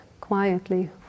quietly